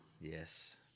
Yes